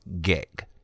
gig